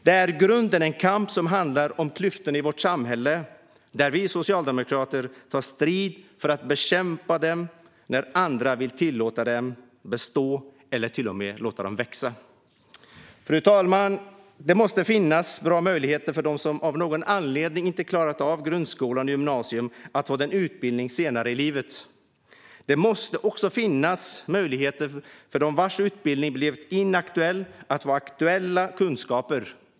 Det är i grunden en kamp som handlar om klyftorna i vårt samhälle, där vi socialdemokrater tar strid för att bekämpa dem när andra vill låta dem bestå eller till och med låta dem växa. Fru talman! Det måste finnas bra möjligheter för dem som av någon anledning inte har klarat av grundskola och gymnasium att få denna utbildning senare i livet. Det måste också finnas möjligheter för dem vars utbildning har blivit inaktuell att få aktuella kunskaper.